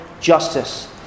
justice